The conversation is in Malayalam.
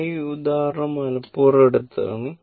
അതിനാൽ ഈ ഉദാഹരണം മനഃപൂർവം എടുത്തതാണ്